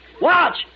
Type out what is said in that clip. Watch